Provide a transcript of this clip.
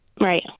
Right